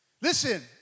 Listen